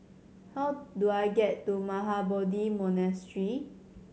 how do I get to Mahabodhi Monastery